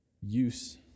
use